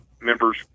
members